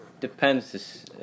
depends